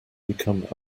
become